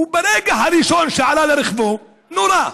ברגע הראשון שעלה לרכבו, נורה.